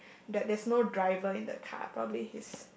that there's no driver in the car probably his